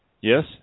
Yes